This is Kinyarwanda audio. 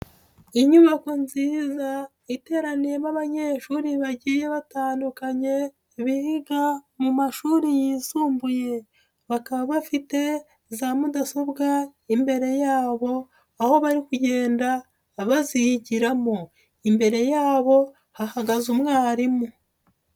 Inyubako nziza iteraniyemo abanyeshuri bagiye batandukanye biga mu mashuri yisumbuye, bakaba bafite za mudasobwa imbere yabo aho bari kugenda bazigiramo, imbere yabo hahagaze umwarimu.